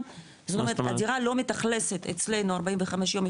זאת אומרת הדירה לא מתאכלסת אצלנו 45 יום,